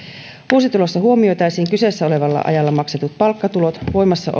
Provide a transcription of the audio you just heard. vuositulossa huomioitaisiin kyseessä olevalla ajalla maksetut palkkatulot voimassa